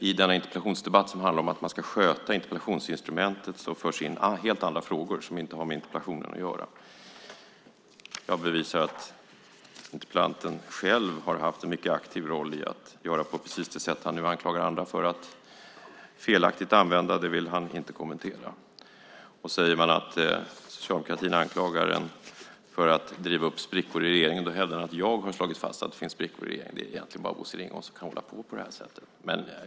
I denna interpellationsdebatt, som handlar om att man ska sköta interpellationsinstrumentet, förs in helt andra frågor som inte har med interpellationen att göra. När jag bevisar att interpellanten själv har haft en mycket aktiv roll i att göra på precis det sätt han nu anklagar andra för att felaktigt använda vill han inte kommentera det. Säger man att socialdemokratin anklagar en för att riva upp sprickor i regeringen hävdar han att jag har slagit fast att det finns sprickor i regeringen. Det är egentligen bara Bosse Ringholm som kan hålla på så här.